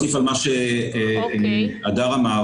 ולהוסיף על מה שהדר אמר.